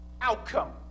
outcome